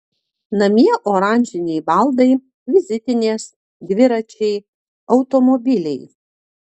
namie oranžiniai baldai vizitinės dviračiai automobiliai